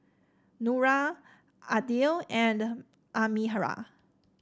Nura Aidil and Amirah